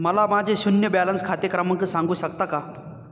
मला माझे शून्य बॅलन्स खाते क्रमांक सांगू शकता का?